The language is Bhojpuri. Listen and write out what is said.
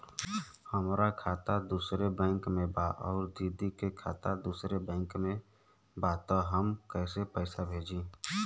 हमार खाता दूसरे बैंक में बा अउर दीदी का खाता दूसरे बैंक में बा तब हम कैसे पैसा भेजी?